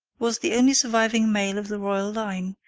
was the only surviving male of the royal line,